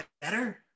better